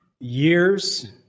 years